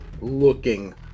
looking